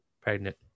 pregnant